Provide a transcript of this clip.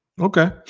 Okay